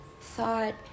thought